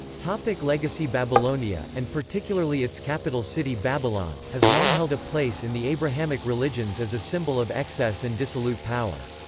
like legacy babylonia, and particularly its capital city babylon, has long held a place in the abrahamic religions as a symbol of excess and dissolute power.